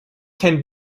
can